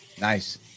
Nice